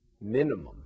minimum